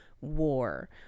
War